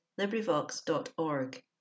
LibriVox.org